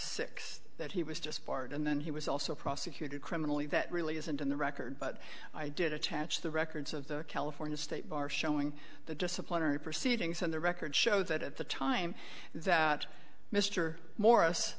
six that he was just part and then he was also prosecuted criminally that really isn't in the record but i did attach the records of the california state bar showing the disciplinary proceedings and the records show that at the time that mr morris